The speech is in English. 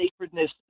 sacredness